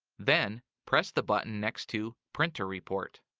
then, press the button next to printer report.